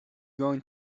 going